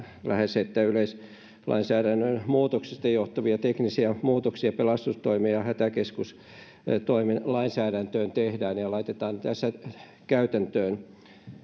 lähes siinä että yleislainsäädännön muutoksista johtuvia teknisiä muutoksia pelastustoimen ja hätäkeskustoimen lainsäädäntöön tehdään ja ja laitetaan tässä käytäntöön